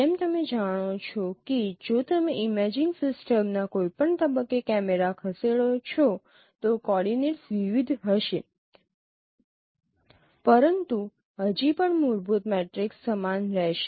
જેમ તમે જાણો છો કે જો તમે ઇમેજિંગ સિસ્ટમના કોઈપણ તબક્કે કેમેરા ખસેડો છો તો કોઓર્ડિનેટ્સ વિવિધ હશે પરંતુ હજી પણ મૂળભૂત મેટ્રિક્સ સમાન રહેશે